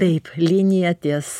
taip linija ties